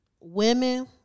women